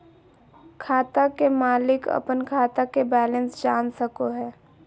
खाता के मालिक अपन खाता के बैलेंस जान सको हय